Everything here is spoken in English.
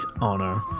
honor